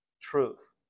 Truth